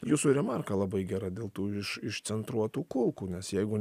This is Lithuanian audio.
jūsų remarka labai gera dėl tų iš išcentruotų kulkų nes jeigu